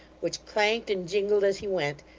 which clanked and jingled as he went,